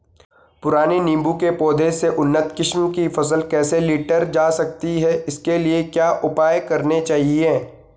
पुराने नीबूं के पौधें से उन्नत किस्म की फसल कैसे लीटर जा सकती है इसके लिए क्या उपाय करने चाहिए?